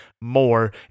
more